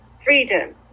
freedom